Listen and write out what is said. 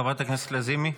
חברת הכנסת לזימי.